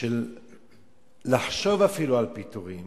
של לחשוב אפילו על פיטורים